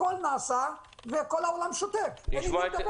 הכול נעשה וכל העולם שותק, אין עם מי לדבר.